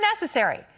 necessary